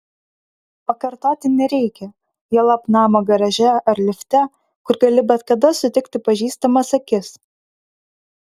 pakartoti nereikia juolab namo garaže ar lifte kur gali bet kada sutikti pažįstamas akis